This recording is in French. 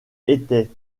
était